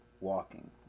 Walking